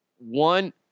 One